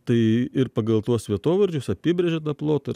tai ir pagal tuos vietovardžius apibrėžė tą plotą